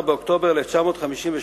14 באוקטובר 1958,